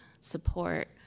support